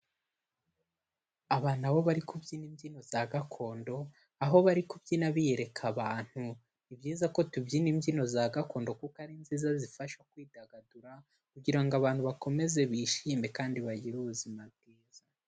Aba na bo bari kubyina imbyino za gakondo, aho bari kubyina biyereka abantu, ni byiza ko tubyina imbyino za gakondo kuko ari nziza zifasha kwidagadura kugira ngo abantu bakomeze bishime kandi bagire ubuzima bwiza.